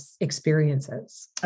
experiences